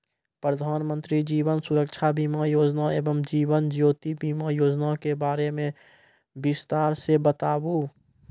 प्रधान मंत्री जीवन सुरक्षा बीमा योजना एवं जीवन ज्योति बीमा योजना के बारे मे बिसतार से बताबू?